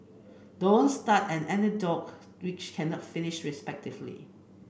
don't start an anecdote which cannot finish respectfully